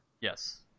Yes